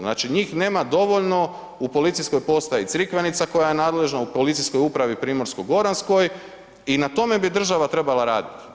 Znači, njih nema dovoljno u Policijskoj postaji Crikvenica koja je nadležna u Policijskoj upravi Primorsko-goranskoj i na tome bi država trebala raditi.